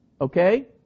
okay